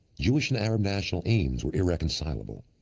jewish and arab national aims were irreconcilable.